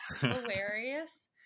hilarious